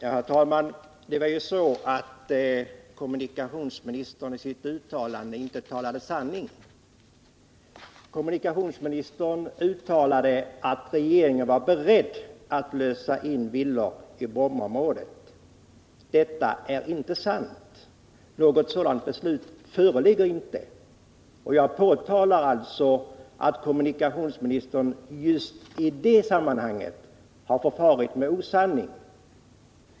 Herr talman! Det var ju så att kommunikationsministern i sitt uttalande inte höll sig till sanningen. Kommunikationsministern uttalade att regeringen var beredd att lösa in villor i Brommaområdet. Detta är inte sant. Något sådant beslut föreligger inte. Jag påtalar alltså att kommunikationsministern just i det sammanhanget har farit med osanning.